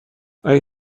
آیا